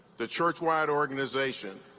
the churchwide organization,